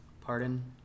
Pardon